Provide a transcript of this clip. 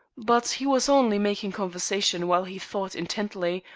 but he was only making conversation, while he thought intently,